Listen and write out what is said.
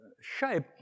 shape